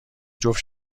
جفت